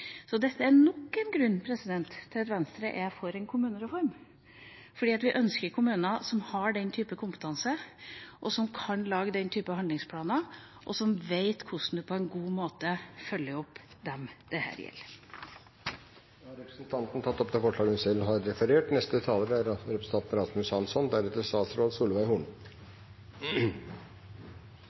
Så dette er nok en grunn til at Venstre er for en kommunereform, for vi ønsker kommuner som har den typen kompetanse, og som kan lage den typen handlingsplaner, og som vet hvordan en på en god måte følger opp dem dette gjelder. Da har representanten Trine Skei Grande tatt opp det forslaget hun